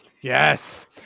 Yes